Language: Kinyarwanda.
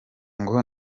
ngo